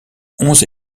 onze